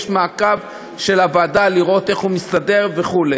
יש מעקב של הוועדה לראות איך הוא מסתדר וכו'.